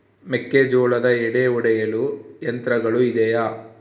ಮೆಕ್ಕೆಜೋಳದ ಎಡೆ ಒಡೆಯಲು ಯಂತ್ರಗಳು ಇದೆಯೆ?